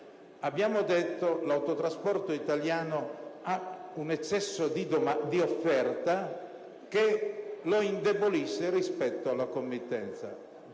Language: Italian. Abbiamo detto che l'autotrasporto italiano ha un eccesso di offerta che lo indebolisce rispetto alla committenza.